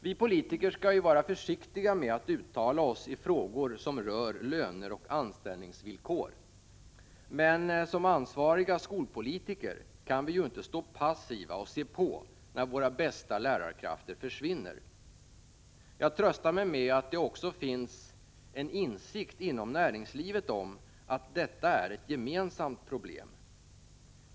Vi politiker skall ju vara försiktiga med att uttala oss i frågor som rör löner och anställningsvillkor, men som ansvariga skolpolitiker kan vi inte stå passiva och se på när våra bästa lärarkrafter försvinner. Jag tröstar mig med att det inom näringslivet också finns en insikt om att detta är ett gemensamt problem.